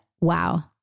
wow